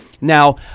Now